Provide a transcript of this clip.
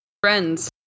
Friends